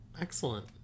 Excellent